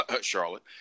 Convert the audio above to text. Charlotte